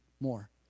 more